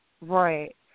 Right